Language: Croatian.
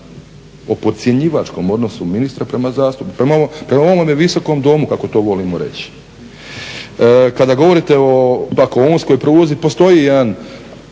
o podcjenjivačkom odnosu toga ministra prema zastupnicima, prema ovome Visokom domu kako to volimo reći. Kada govorite pak o unskoj pruzi postoji jedan